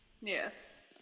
Yes